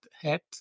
hat